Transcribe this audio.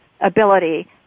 ability